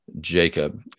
Jacob